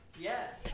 Yes